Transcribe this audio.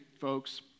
folks